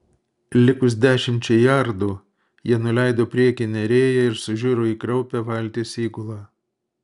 likus dešimčiai jardų jie nuleido priekinę rėją ir sužiuro į kraupią valties įgulą